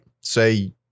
Say